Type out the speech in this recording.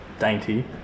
dainty